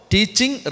Teaching